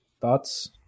Thoughts